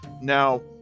Now